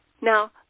Now